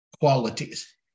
qualities